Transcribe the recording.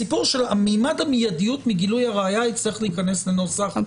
בסיפור של ממד המיידיות מגילוי הראיה יצטרך להיכנס לנוסח הסעיף.